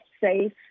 safe